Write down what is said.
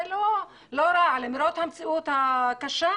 זה לא רע למרות המציאות הקשה.